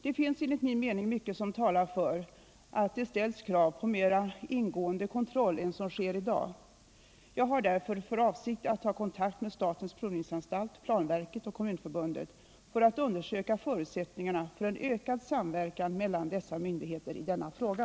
Det finns enligt min mening mycket som talar för att det ställs krav på en mera ingående kontroll än som sker i dag. Jag har därför för avsikt att ta kontakt med statens provningsanstalt, planverket och Kommunförbundet för att undersöka förutsättningarna för en ökad samverkan mellan dessa myndigheter i denna fråga.